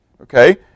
okay